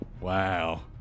Wow